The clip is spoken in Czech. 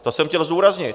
To jsem chtěl zdůraznit.